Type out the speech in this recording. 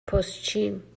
پستچیم